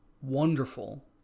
wonderful